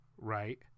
right